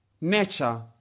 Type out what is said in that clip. nature